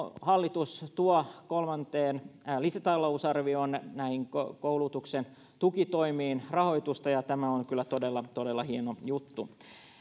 hallitus tuo kolmanteen lisätalousarvioon näihin koulutuksen tukitoimiin rahoitusta ja tämä on kyllä todella todella hieno juttu